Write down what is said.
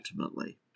ultimately